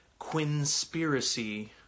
Quinspiracy